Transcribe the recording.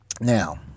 Now